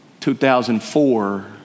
2004